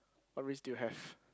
what risk do you have